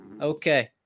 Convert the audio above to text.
Okay